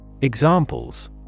Examples